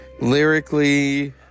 Lyrically